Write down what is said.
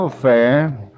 fair